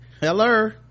Hello